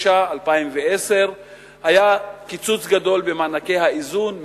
2010 היה קיצוץ גדול במענקי האיזון,